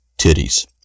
titties